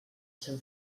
seu